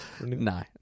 No